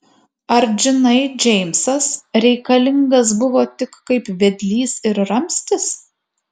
ar džinai džeimsas reikalingas buvo tik kaip vedlys ir ramstis